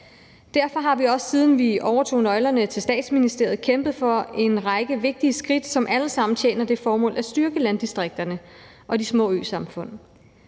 Derfor har vi også, siden vi overtog nøglerne til Statsministeriet, kæmpet for en række vigtige skridt, som alle sammen tjener det formål at styrke landdistrikterne og de små øsamfund.